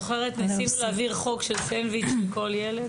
את זוכרת שניסינו להעביר חוק של כריך לכל ילד,